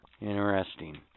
Interesting